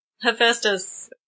Hephaestus